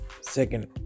Second